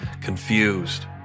confused